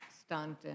stunt